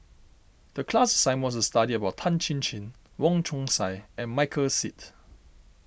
the class assignment was to study about Tan Chin Chin Wong Chong Sai and Michael Seet